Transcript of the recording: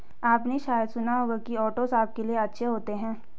आपने शायद सुना होगा कि ओट्स आपके लिए अच्छे होते हैं